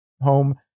home